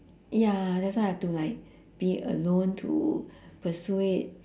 ya that's why I have to like be alone to persuade